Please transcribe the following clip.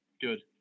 Good